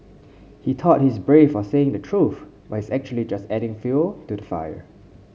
he thought he's brave for saying the truth but he's actually just adding fuel to the fire